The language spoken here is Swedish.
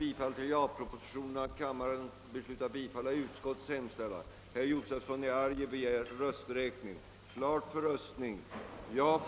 Det är helt visst ingen fara på taket för vare sig den ena eller den andra kategorin med den ordning sonm nu gäller.